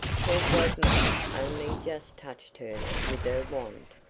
her godmother only just touched her with her wand,